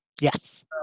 Yes